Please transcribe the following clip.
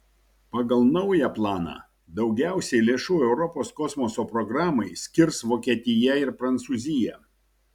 pagal naują planą daugiausiai lėšų europos kosmoso programai skirs vokietija ir prancūzija